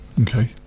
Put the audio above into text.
Okay